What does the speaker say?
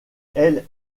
elle